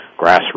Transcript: grassroots